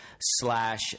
slash